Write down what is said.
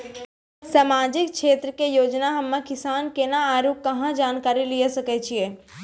समाजिक क्षेत्र के योजना हम्मे किसान केना आरू कहाँ जानकारी लिये सकय छियै?